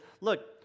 Look